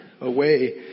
away